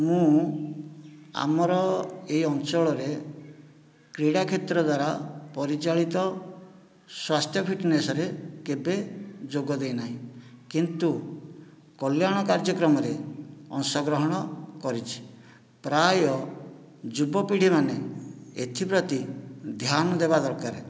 ମୁଁ ଆମର ଏ ଅଞ୍ଚଳରେ କ୍ରୀଡ଼ାକ୍ଷେତ୍ର ଦ୍ଵାରା ପରିଚାଳିତ ସ୍ଵାସ୍ଥ୍ୟ ଫିଟନେସ୍ରେ କେବେ ଯୋଗଦେଇ ନାହିଁ କିନ୍ତୁ କଲ୍ୟାଣ କାର୍ଯ୍ୟକ୍ରମରେ ଅଂଶ ଗ୍ରହଣ କରିଛି ପ୍ରାୟ ଯୁବପିଢ଼ିମାନେ ଏଥିପ୍ରତି ଧ୍ୟାନ ଦେବା ଦରକାର